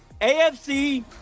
AFC